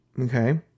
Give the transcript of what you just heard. okay